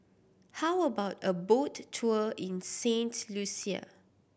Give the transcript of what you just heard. how about a boat tour in Saint Lucia